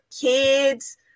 kids